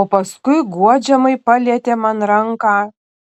o paskui guodžiamai palietė man ranką